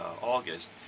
August